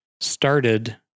started